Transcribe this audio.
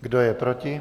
Kdo je proti?